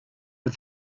but